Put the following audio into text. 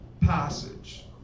passage